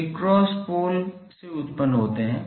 वे cross pole से उत्पन्न होते हैं